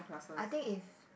I think if